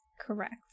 correct